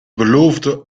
beloofde